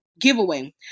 giveaway